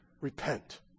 repent